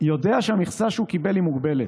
יודע שהמכסה שהוא קיבל היא מוגבלת.